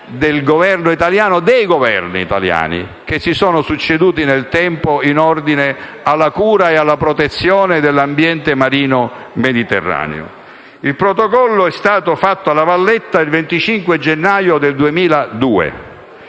del Governo e dei Governi italiani che si sono succeduti nel tempo, in ordine alla cura e alla protezione dell'ambiente marino Mediterraneo. Il Protocollo è stato fatto alla Valletta il 25 gennaio del 2002.